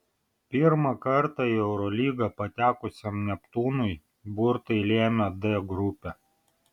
pirmą kartą į eurolygą patekusiam neptūnui burtai lėmė d grupę